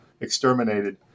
exterminated